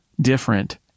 different